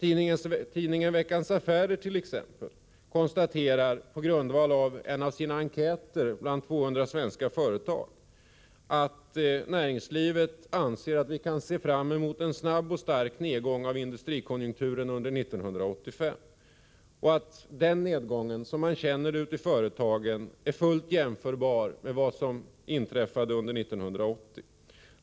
I tidningen Veckans Affärer konstaterar man t.ex. på grundval av en enkät till 200 svenska företag att vi, enligt vad man inom näringslivet anser, kan se fram emot en snabb och stark nedgång av industrikonjunkturen under 1985 och att denna nedgång, vilken man känner av ute i företagen, är fullt jämförbar med vad som inträffade 1980.